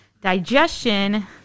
digestion